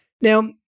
Now